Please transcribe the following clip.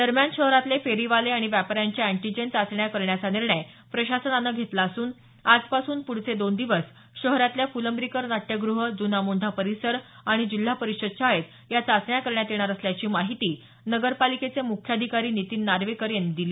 दरम्यान शहरातले फेरीवाले आणि व्यापाऱ्यांच्या अँटीजेन चाचण्या करण्याचा निर्णय प्रशासनान घेतला असून आजपासून पुढचे दोन दिवस शहरातल्या फुलंब्रीकर नाट्यग्रह जूना मोंढा परिसर आणि जिल्हा परिषद शाळेत या चाचण्या करण्यात येणार असल्याची माहिती नगरपालिकेचे मुख्याधिकारी नितीन नार्वेकर यांनी दिली